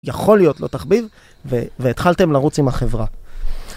יכול להיות לו תחביב, והתחלתם לרוץ עם החברה.